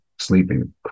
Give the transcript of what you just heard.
Sleeping